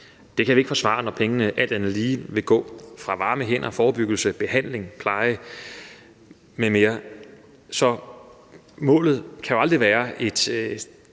Det kan vi ikke forsvare, når pengene alt andet lige vil gå fra varme hænder, forebyggelse, behandling, pleje m.m. Så målet kan jo aldrig være at åbne